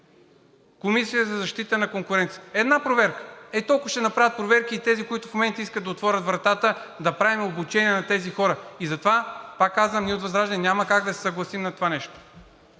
Комисията за защита на конкуренцията – една проверка! Толкова проверки ще направят и тези, които в момента искат да отворят вратата – да правим обучения на тези хора. Затова, пак казвам, от Възраждане няма как да се съгласим на това нещо.